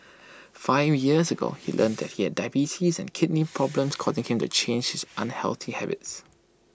five years ago he learnt that he had diabetes and kidney problems causing him to change his unhealthy habits